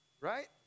Right